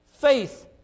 faith